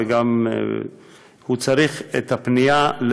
הוא צריך את הפנייה,